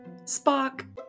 Spock